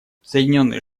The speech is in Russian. соединенные